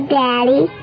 daddy